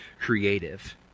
creative